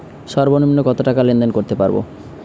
সর্বনিম্ন কত টাকা লেনদেন করতে পারবো?